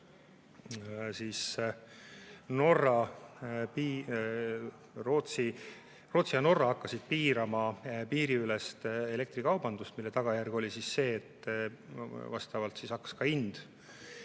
kus Rootsi ja Norra hakkasid piirama piiriülest elektrikaubandust, mille tagajärg oli see, et vastavalt hakkas ka hind